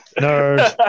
No